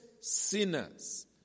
sinners